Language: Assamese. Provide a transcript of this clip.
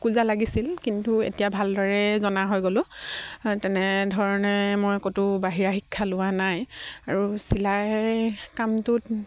খুকুজা লাগিছিল কিন্তু এতিয়া ভালদৰে জনা হৈ গ'লো তেনেধৰণে মই ক'তো বাহিৰা শিক্ষা লোৱা নাই আৰু চিলাই কামটোত